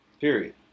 period